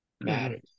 matters